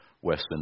Western